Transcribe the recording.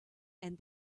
and